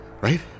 right